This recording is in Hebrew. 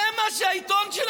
והעיתון,